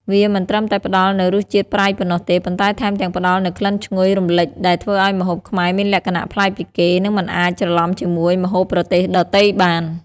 វាមិនត្រឹមតែផ្តល់នូវរសជាតិប្រៃប៉ុណ្ណោះទេ ប៉ុន្តែថែមទាំងផ្តល់នូវក្លិនឈ្ងុយរំលេចដែលធ្វើឱ្យម្ហូបខ្មែរមានលក្ខណៈប្លែកពីគេ និងមិនអាចច្រឡំជាមួយម្ហូបប្រទេសដទៃបាន។